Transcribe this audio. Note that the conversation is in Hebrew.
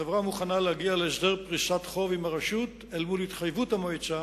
החברה מוכנה להגיע להסדר פריסת חוב עם הרשות אל מול התחייבות המועצה